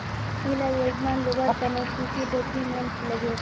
इला योजनार लुबार तने की की डॉक्यूमेंट लगे?